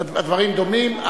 הדברים דומים.